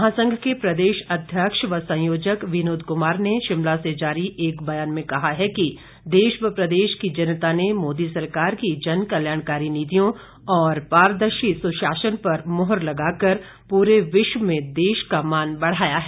महासंघ के प्रदेश अध्यक्ष व संयोजक विनोद कुमार ने शिमला से जारी एक बयान में कहा कि देश व प्रदेश की जनता ने मोदी सरकार की जन कल्याणकारी नीतियों और पारदर्शी सुशासन पर मुहर लगाकर पूरे विश्व में देश का मान बढ़ाया है